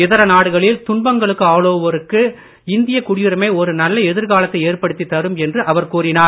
இதர நாடுகளில் துன்பங்களுக்கு ஆளாவோருக்கு இந்திய குடியுரிமை ஒரு நல்ல எதிர்காலத்தை ஏற்படுத்தித் தரும் என்று அவர் கூறினார்